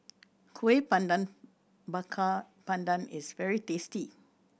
Kueh Pandan Bakar Pandan is very tasty